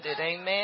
amen